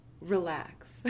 relax